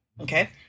Okay